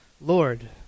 Lord